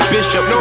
Bishop